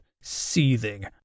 seething